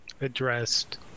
addressed